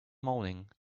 moaning